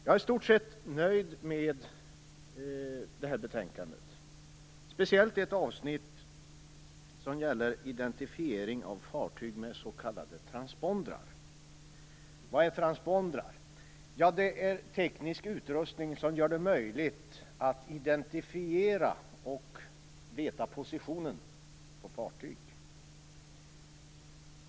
Jag är i stort sett nöjd med betänkandet, speciellt ett avsnitt som gäller identifiering av fartyg med s.k. Vad är transpondrar? Det är teknisk utrustning som gör det möjligt att identifiera fartyg och veta deras position.